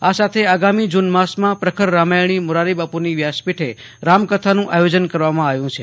આ સાથે આગામી જુન માસમાં પ્રખર રામાયણી મોરારીબાપુની વ્યાસપીઠે રામકથાનું આયોજન કરવામાં આવ્યું છે